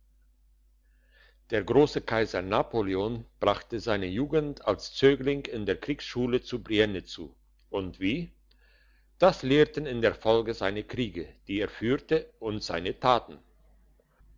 der grosse kaiser napoleon brachte seine jugend als zögling in der kriegsschule zu brienne zu und wie das lehrten in der folge seine kriege die er führte und seine taten